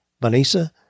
Vanessa